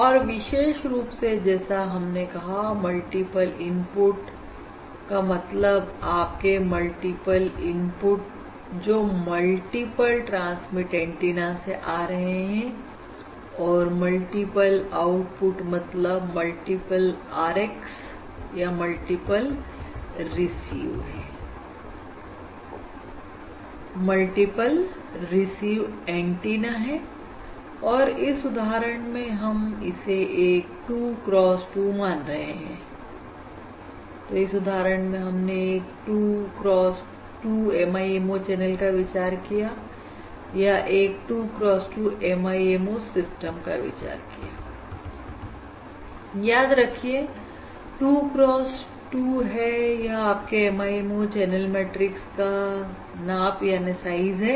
और विशेष रूप से जैसा हमने कहा मल्टीपल इनपुटइनपुट का मतलब आपके मल्टीपल इनपुट जो मल्टीपल ट्रांसमिट एंटीना से आ रहे हैं और मल्टीपल आउटपुट मतलब मल्टीपल Rx या मल्टीपल रिसीव है मल्टीपल रिसीव एंटीना है और इस उदाहरण में हम इसे एक 2 cross 2 मान रहे हैं तो इस उदाहरण में हमने एक 2 cross 2 MIMO चैनल का विचार किया या एक 2 cross 2 MIMO सिस्टम का विचार किया याद रखिए 2 cross 2 है यह आपके MIMO चैनल मैट्रिक्स का नाप है